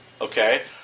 okay